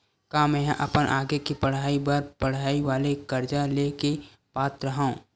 का मेंहा अपन आगे के पढई बर पढई वाले कर्जा ले के पात्र हव?